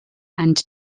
and